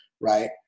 right